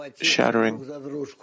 shattering